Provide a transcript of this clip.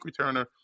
returner